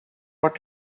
what